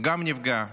גם נפגעה